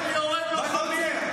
לחסל את כל הטרוריסטים.